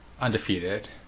undefeated